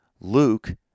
Luke